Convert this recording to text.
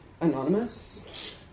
anonymous